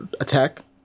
attack